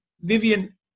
Vivian